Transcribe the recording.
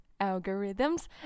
algorithms